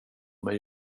mig